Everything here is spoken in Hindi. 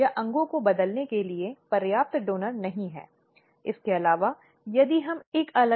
उस संबंध में हम समझते हैं कि आंतरिक शिकायत समिति की ओर से एक बहुत महत्वपूर्ण और सार्थक भूमिका है